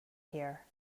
here